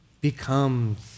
becomes